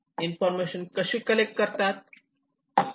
information कशी collect करतात